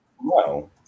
No